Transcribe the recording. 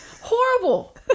horrible